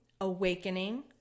awakening